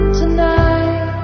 tonight